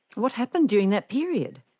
what happened during that period?